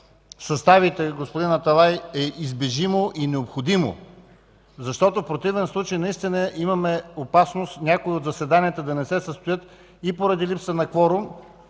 съставите, господин Аталай, е избягващо и необходимо, защото в противен случай наистина имаме опасност някои от заседанията да не се състоят поради липса на кворум,